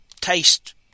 taste